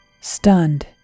Stunned